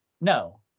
No